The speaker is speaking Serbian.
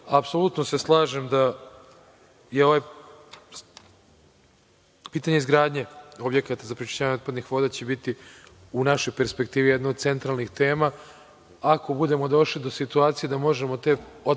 materija. Apsolutno se slažem da će pitanje izgradnje objekata za prečišćavanje otpadnih voda biti u našoj perspektivi jedna od centralnih tema. Ako budemo došli do situacije da možemo te